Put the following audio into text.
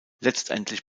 letztendlich